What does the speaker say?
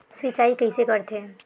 सिंचाई कइसे करथे?